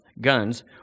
guns